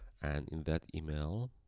and in that email,